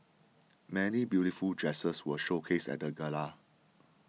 many beautiful dresses were showcased at the gala